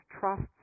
trusts